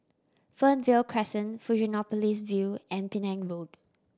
Fernvale Crescent Fusionopolis View and Penang Road